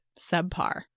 subpar